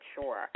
sure